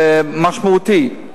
משמעותית.